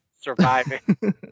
surviving